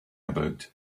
about